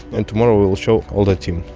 and tomorrow we will show all the team